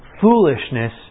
foolishness